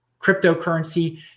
cryptocurrency